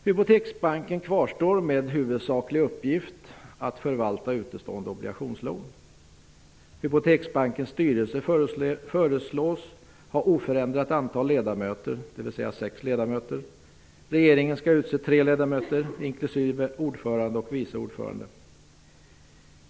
Hypoteksbankens styrelse föreslås ha oförändrat antal ledamöter, dvs. sex ledamöter. Regeringen skall utse tre ledamöter inklusive ordförande och vice ordförande.